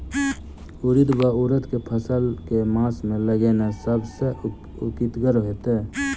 उड़ीद वा उड़द केँ फसल केँ मास मे लगेनाय सब सऽ उकीतगर हेतै?